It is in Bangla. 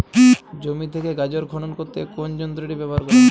জমি থেকে গাজর খনন করতে কোন যন্ত্রটি ব্যবহার করা হয়?